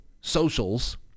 socials